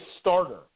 starter